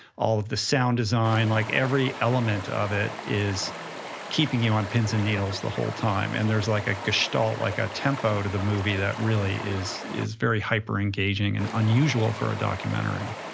all of the sound design, like every element of it is keeping you on pins and needles the whole time, and there's like a gestalt, like a tempo to the movie that really is is very hyper-engaging and unusual for a documentary.